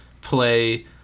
play